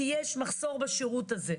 כי יש מחסור בשירות הזה.